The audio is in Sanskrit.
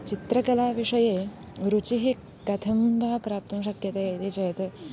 चित्रकलाविषये रुचिः कथं वा प्राप्तुं शक्यते इति चेत्